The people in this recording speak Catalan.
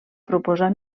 proposar